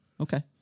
Okay